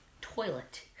Toilet